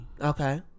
Okay